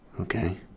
okay